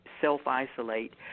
self-isolate